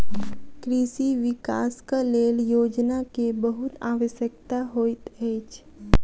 कृषि विकासक लेल योजना के बहुत आवश्यकता होइत अछि